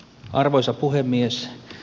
arvoisa puhemies